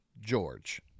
George